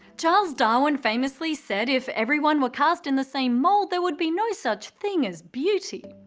charles darwin famously said if everyone were cast in the same mould, there would be no such thing as beauty.